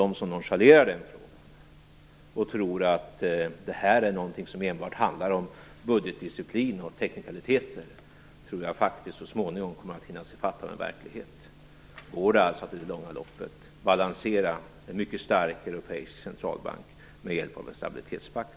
De som nonchalerar den frågan och som tror att det enbart handlar om budgetdisciplin och teknikaliteter tror jag faktiskt så småningom kommer att hinnas i fatt av verkligheten. Går det att i det långa loppet balansera en mycket stark europeisk centralbank med hjälp av en stabilitetspakt?